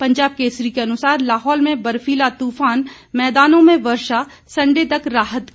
पंजाब केसरी के अनुसार लाहौल में बर्फीला तूफान मैदानों में वर्षा संडे तक राहत की उम्मीद